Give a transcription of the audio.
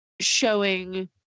showing